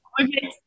okay